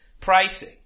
pricing